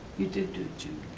you did do jim